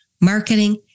marketing